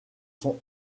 sont